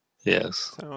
Yes